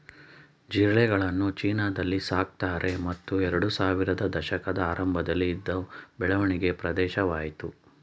ಜಿರಳೆಗಳನ್ನು ಚೀನಾದಲ್ಲಿ ಸಾಕ್ತಾರೆ ಮತ್ತು ಎರಡ್ಸಾವಿರದ ದಶಕದ ಆರಂಭದಲ್ಲಿ ಇದು ಬೆಳವಣಿಗೆ ಪ್ರದೇಶವಾಯ್ತು